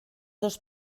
dos